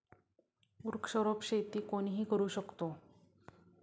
वृक्षारोपण शेती कोणीही करू शकतो